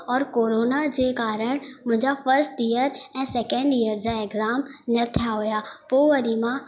और कोरोना जे कारण मुंहिंजा फस्ट ईयर ऐं सैकेंड ईयर जा इक्ज़ाम न थिया हुया पोइ वरी मां